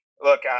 look